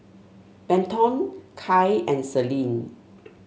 Benton Kai and Selene